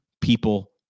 people